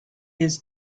his